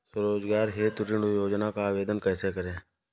स्वरोजगार हेतु ऋण योजना का आवेदन कैसे करें?